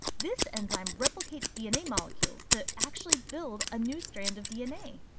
this enzyme replicates dna molecules to actually build a new strand of dna.